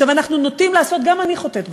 אנחנו נוטים לעשות, גם אני חוטאת בזה,